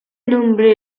nombre